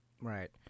Right